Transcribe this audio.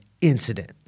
incident